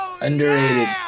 Underrated